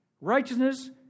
Righteousness